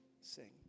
sing